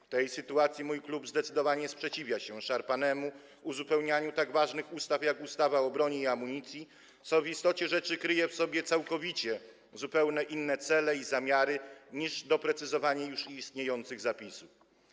W tej sytuacji mój klub zdecydowanie sprzeciwia się „szarpanemu” uzupełnianiu tak ważnych ustaw, jak ustawa o broni i amunicji, co w istocie rzeczy kryje w sobie całkowicie, zupełnie inne cele i zamiary niż doprecyzowanie już istniejących zapisów.